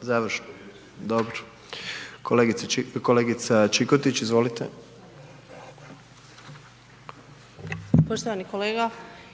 Završno, dobro. Kolegica Čikotić, izvolite. **Čikotić, Sonja (MOST)** Poštovani kolega,